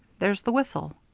there's the whistle.